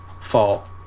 Fall